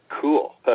cool